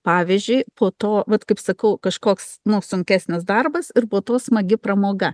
pavyzdžiui po to vat kaip sakau kažkoks nu sunkesnis darbas ir po to smagi pramoga